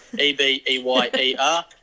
E-B-E-Y-E-R